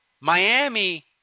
Miami